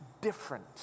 different